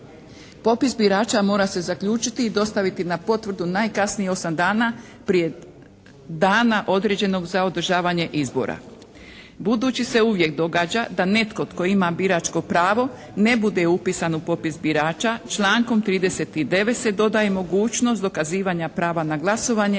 Popis birača mora se zaključiti i dostaviti na potvrdu najkasnije 8 dana prije dana određenog za održavanje izbora. Budući se uvijek događa da netko tko ima biračko pravo ne bude upisan u popis birača člankom 39. se dodaje mogućnost dokazivanja prava na glasovanje